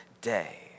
day